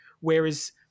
Whereas